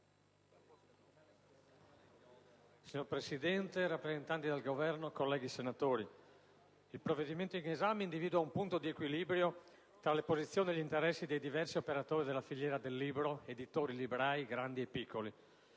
Signora Presidente, rappresentanti del Governo, colleghi senatori, il provvedimento in esame individua un punto di equilibrio tra le posizioni e gli interessi dei diversi operatori della filiera del libro (editori e librai, grandi e piccoli)